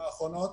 צריך